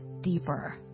deeper